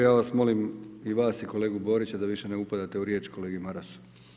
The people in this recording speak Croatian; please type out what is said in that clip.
Ja vas molim i vas i kolegu Borića da više ne upadate u riječ kolegi Marasu.